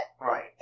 right